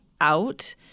out